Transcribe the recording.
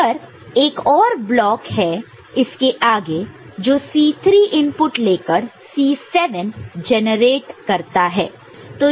अगर एक और ब्लॉक है इसके आगे जो C3 इनपुट लेकर C7 जेनरेट करता है